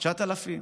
9,000,